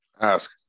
Ask